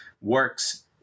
works